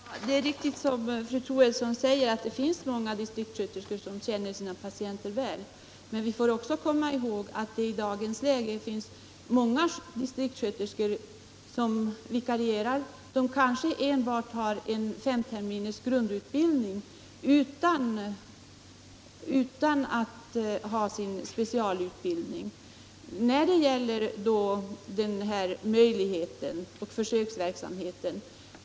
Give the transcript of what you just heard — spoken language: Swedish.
Herr talman! Det är riktigt som fru Troedsson säger, att många distriktssköterskor känner sina patienter väl. Men vi får också komma ihåg att det i dagens läge finns många vikarierande distriktssköterskor som kanske enbart har fem terminers grundutbildning och inte specialutbildning. Var kommer då gränsen att dras i försöksverksamheten?